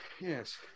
Yes